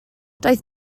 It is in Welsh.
doedd